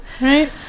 Right